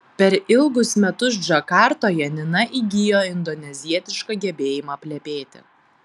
per ilgus metus džakartoje nina įgijo indonezietišką gebėjimą plepėti